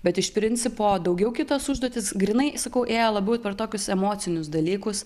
bet iš principo daugiau kitos užduotys grynai sakau ėjo labiau per tokius emocinius dalykus